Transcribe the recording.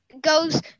goes